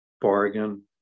bargain